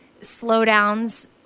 slowdowns